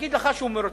שיגיד לך שהוא מרוצה.